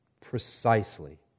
precisely